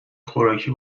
خوراکی